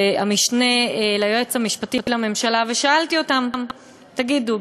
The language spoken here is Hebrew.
ולמשנה ליועץ המשפטי לממשלה ושאלתי אותם: תגידו,